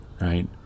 right